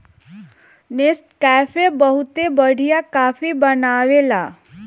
Nescafe बहुते बढ़िया coffee बनावेला